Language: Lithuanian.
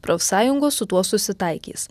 profsąjungos su tuo susitaikys